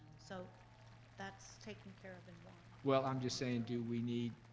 so that's taken care of in one. well, i'm just saying, do we need?